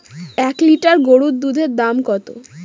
এক লিটার গরুর দুধের দাম কত?